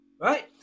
right